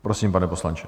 Prosím, pane poslanče.